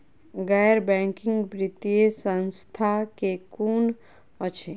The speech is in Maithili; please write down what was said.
गैर बैंकिंग वित्तीय संस्था केँ कुन अछि?